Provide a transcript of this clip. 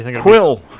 quill